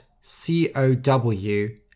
C-O-W